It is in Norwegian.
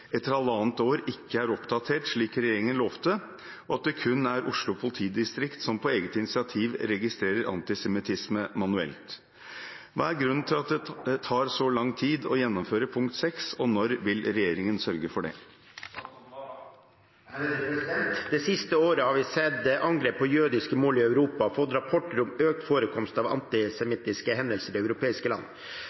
etter halvannet år ikke er oppdatert slik regjeringen lovte, og at det kun er Oslo politidistrikt som på eget initiativ registrerer antisemittisme manuelt. Hva er grunnen til at det tar så lang tid å gjennomføre pkt. 6, og når vil regjeringen sørge for det?» Det siste året har vi sett angrep på jødiske mål i Europa og fått rapporter om økt forekomst av antisemittiske hendelser i europeiske land.